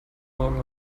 morgen